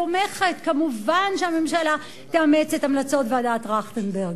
תומכת: מובן שהממשלה תאמץ את המלצות ועדת-טרכטנברג.